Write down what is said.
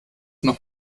noch